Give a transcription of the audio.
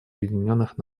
объединенных